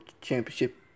Championship